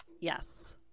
Yes